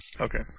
Okay